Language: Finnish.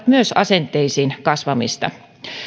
myös asenteisiin kasvamista